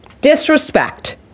Disrespect